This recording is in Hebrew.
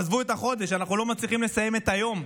עזבו את החודש: אנחנו לא מצליחים לסיים את היום,